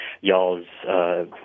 y'all's